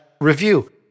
review